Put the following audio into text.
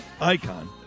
icon